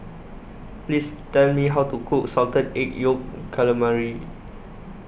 Please Tell Me How to Cook Salted Egg Yolk Calamari